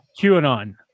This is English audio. QAnon